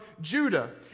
Judah